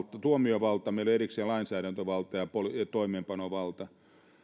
tuomiovalta ja meillä on erikseen lainsäädäntövalta ja toimeenpanovalta